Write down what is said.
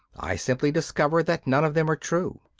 i simply discover that none of them are true.